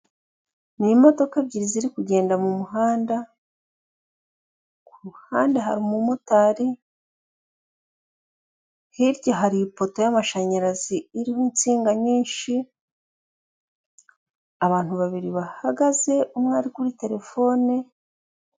Ni imodoka ebyiri ziri kugenda mumuhanda, kuruhande hari umumotari, hirya hari ipoto y'amashanyarazi iriho insinga nyinshi, abantu babiri bahagaze umwe ari kuri terefone,...